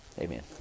Amen